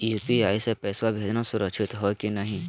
UPI स पैसवा भेजना सुरक्षित हो की नाहीं?